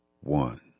one